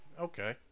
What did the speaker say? Okay